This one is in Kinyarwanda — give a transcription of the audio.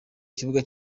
kibuga